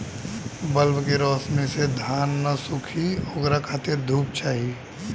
bulb के रौशनी से धान न सुखी ओकरा खातिर धूप चाही